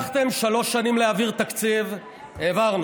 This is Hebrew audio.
לא הצלחתם שלוש שנים להעביר תקציב, העברנו.